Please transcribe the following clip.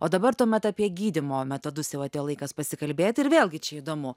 o dabar tuomet apie gydymo metodus jau atėjo laikas pasikalbėti ir vėlgi čia įdomu